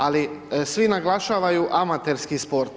Ali svi naglašavaju amaterski sport.